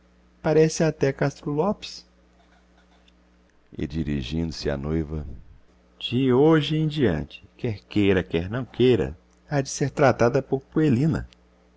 parece até castro lopes e dirigindo-se à noiva de hoje em diante quer queira quer não queira há de ser tratada por puelina